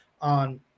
on